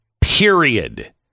period